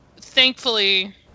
thankfully